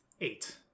eight